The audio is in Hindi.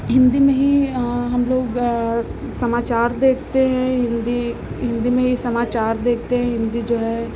हिन्दी में ही हमलोग समाचार देखते हैं हिन्दी हिन्दी में ही समाचार देखते हैं हिन्दी जो है